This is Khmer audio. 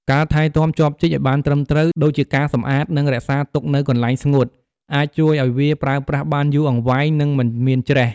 ការថែទាំចបជីកឱ្យបានត្រឹមត្រូវ ដូចជាការសម្អាត និងរក្សាទុកនៅកន្លែងស្ងួត អាចជួយឱ្យវាប្រើប្រាស់បានយូរអង្វែង និងមិនមានច្រេះ។